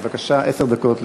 בבקשה, עשר דקות לרשותך.